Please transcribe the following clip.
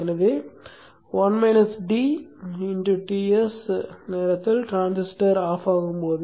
எனவே Ts நேரத்தில் transistor அணைக்கப்படும்